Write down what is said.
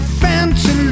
fancy